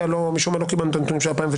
משום מה לא קיבלנו את הנתונים של 2019,